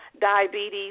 diabetes